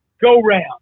go-round